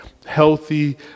Healthy